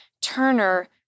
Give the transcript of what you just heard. Turner